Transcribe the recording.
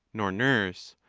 nor nurse,